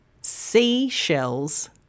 seashells